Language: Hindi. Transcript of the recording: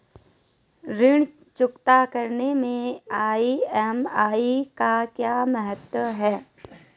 ऋण चुकता करने मैं ई.एम.आई का क्या महत्व है?